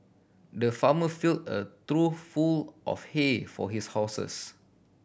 the farmer fill a trough full of hay for his horses